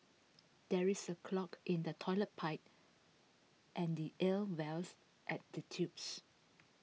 there is A clog in the Toilet Pipe and the air Vales at the tubes